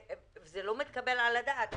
זה לא מתקבל על הדעת.